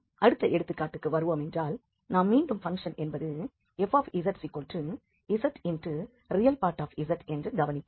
அடுத்த எடுத்துக்காட்டுக்கு வருவோமென்றால் நாம் மீண்டும் பங்க்ஷன் என்பது fzzRe என்று கவனிப்போம்